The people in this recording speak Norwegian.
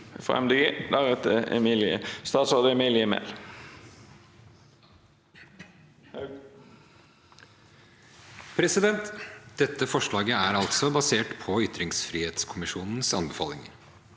Dette for- slaget er altså basert på ytringsfrihetskommisjonens anbefalinger.